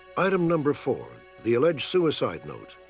item number four, the alleged suicide note.